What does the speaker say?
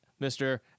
Mr